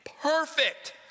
perfect